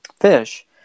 fish